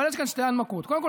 אבל יש כאן שתי הנמקות: קודם כול,